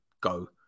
go